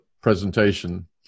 presentation